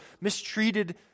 mistreated